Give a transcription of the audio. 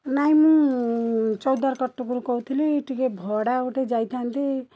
ନାହିଁ ମୁଁ ଚୌଦ୍ଵାର କଟକରୁ କହୁଥିଲି ଟିକିଏ ଭଡ଼ା ଗୋଟେ ଯାଇଥାନ୍ତି